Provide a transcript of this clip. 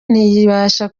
ntiyabasha